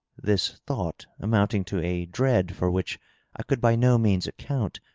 this thought, amounting to a dread for which i could by no means account,